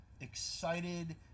excited